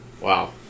Wow